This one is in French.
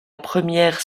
première